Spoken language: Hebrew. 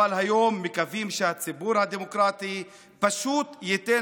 אבל היום מקווים שהציבור הדמוקרטי פשוט ייתן